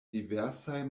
diversaj